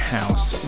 House